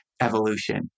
evolution